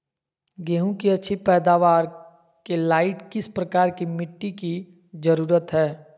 गेंहू की अच्छी पैदाबार के लाइट किस प्रकार की मिटटी की जरुरत है?